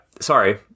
Sorry